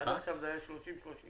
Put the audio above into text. עד עכשיו זה היה 30 יום.